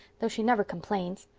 though she never complains.